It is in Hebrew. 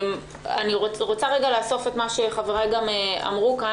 אני רוצה לאסוף את מה שחבריי אמרו כאן.